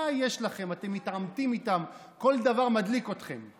מה יש לכם שאתם מתעמתים איתם וכל דבר מדליק אתכם?